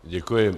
Děkuji.